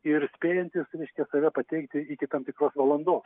ir spėjantys reiškia save pateikti iki tam tikros valandos